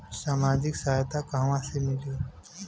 सामाजिक सहायता कहवा से मिली?